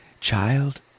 child